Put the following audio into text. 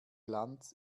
glanz